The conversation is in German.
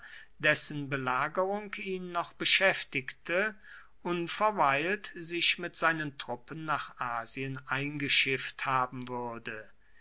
dessen belagerung ihn noch beschäftigte unverweilt sich mit seinen truppen nach asien eingeschifft haben würde